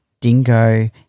dingo